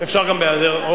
אפשר גם בהיעדרו.